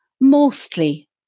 mostly